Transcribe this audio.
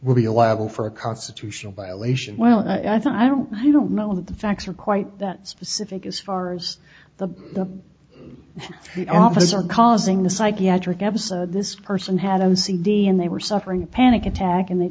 will be elavil for a constitutional violation well i thought i don't i don't know the facts are quite that specific as far as the officer causing the psychiatric episode this person had o c d and they were suffering a panic attack and they